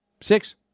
Six